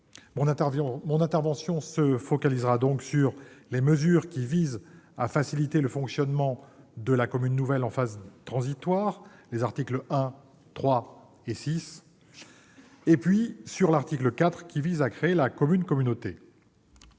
Mon intervention sera focalisée sur les mesures visant à faciliter le fonctionnement de la commune nouvelle en phase transitoire, aux articles 1, 3 et 6, et sur l'article 4 visant à créer la commune-communauté.